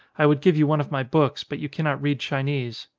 i would give you one of my books, but you cannot read chinese.